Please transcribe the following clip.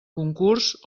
concurs